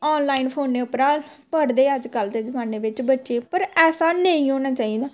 आन line फोनै उप्परा पढ़दे अजकल्ल दे जमाने बिच्च बच्चे पर ऐसा नेईं होना चाहिदा